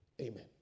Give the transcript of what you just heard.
Amen